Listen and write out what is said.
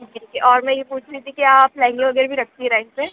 ठीक है ठीक है और मैं ये पूछ रही थी कि आप लेहंगे वग़ैरह भी रखती है रैन पर